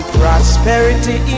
prosperity